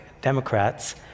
democrats